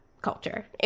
culture